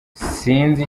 sinzi